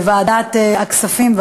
בוועדת הכספים,